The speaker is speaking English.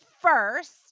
first